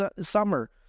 summer